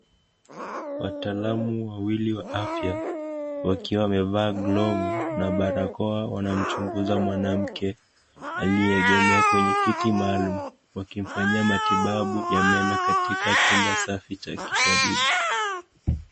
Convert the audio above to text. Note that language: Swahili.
Watalamu wawili wa afya, wakiwa wamevaa glovu,(cs), na barakoa wana mchunguza mwanamke aliyeegemea kwenye kiti maalumu. Wakimfanyia matibabu ya meno katika chumba safi cha kitabibu.